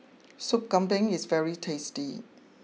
Sup Kambing is very tasty